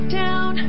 down